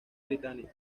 británica